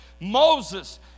moses